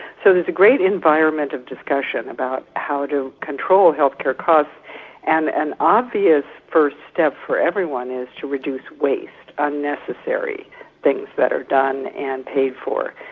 so there's a great environment of discussion about how to control health care costs and an obvious first step for everyone is to reduce waste, unnecessary things that are done and paid for.